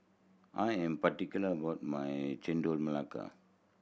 I am particular about my Chendol Melaka